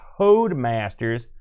Codemasters